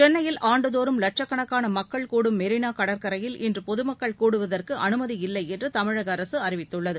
சென்னையில் ஆண்டு தோறும் லட்சக்கணக்கான மக்கள் கூடும் மெரினா கடற்கரையில் இன்று பொதுமக்கள் கூடுவதற்கு அனுமதியில்லை என்று தமிழக அரசு அறிவித்துள்ளது